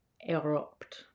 erupt